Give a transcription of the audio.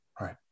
Right